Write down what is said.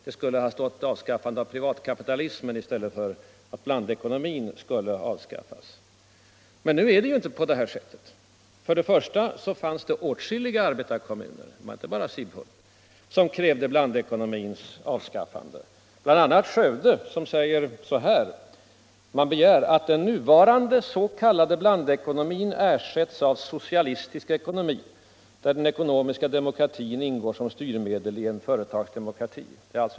Det skulle ha stått avskaffande av privatkapitalismen i stället för blandekonomin. Nu är det inte så. För det första fanns det åtskilliga arbetarkommuner, inte bara Sibbhult, som krävde blandekonomins avskaffande — bl.a. Skövde som begär ”att den nuvarande s.k. blandekonomin ersätts av socialistisk ekonomi, där den ekonomiska demokratin ingår som styrmedel i en företagsdemokrati”.